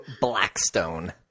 Blackstone